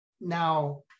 Now